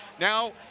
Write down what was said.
Now